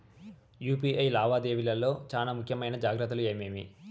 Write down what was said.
UPI లావాదేవీల లో చానా ముఖ్యమైన జాగ్రత్తలు ఏమేమి?